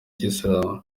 kisilamu